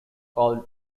called